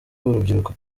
urubyiruko